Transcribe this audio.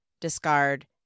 discard